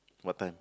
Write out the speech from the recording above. what time